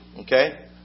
Okay